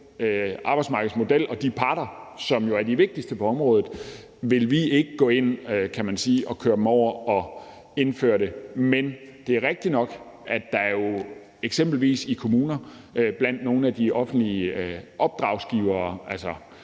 arbejdsmarkedsmodel og de parter, som jo er de vigtigste på området, vil vi ikke gå ind, kan man sige, og køre dem over og indføre det. Men det er rigtigt nok, at man jo eksempelvis i kommuner og blandt nogle af de offentlige opdragsgivere, altså